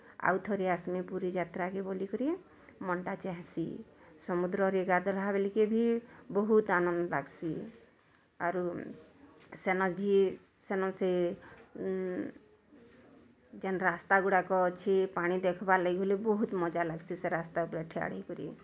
ଆଉ ଥରେ ଆସ୍ମି ପୁରି ଯାତ୍ରାକେ ବୁଲିକରି ମନ୍ଟା ଚାହେସିଁ ସମୁଦ୍ରରେ ଗାଧାଲା ବୋଲି କି ଭି ବହୁତ୍ ଆନନ୍ଦ୍ ଲାଗ୍ସିଁ ଆରୁ ସେନଭି ସେନ୍ ସେ ଯେନ୍ ରାସ୍ତା ଗୁଡ଼ାକ ଅଛି ପାଣି ଦେଖ୍ବାର୍ ଲାଗି୍ ବହୁତ୍ ମଜା ଲାଗ୍ସି ସେ ରାସ୍ତା ଉପରେ ଠିଆ ହୋଇକରି